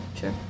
Sure